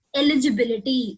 eligibility